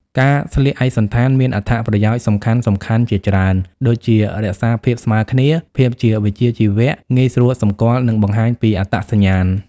ការស្លៀកឯកសណ្ឋានមានអត្ថប្រយោជន៍សំខាន់ៗជាច្រើន ដូចជា រក្សាភាពស្មើគ្នា ភាពជាវិជ្ជាជីវៈ ងាយស្រួលសម្គាល់ និងបង្ហាញពីអត្តសញ្ញាណ។